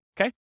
Okay